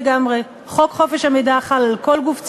דיבר חברי עורך-הדין סעדי על הדיון שהיה בוועדת החוקה.